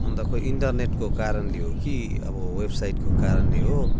अन्त खोइ इन्टरनेटको कारणले हो कि अब वेबसाइटको कारणले हो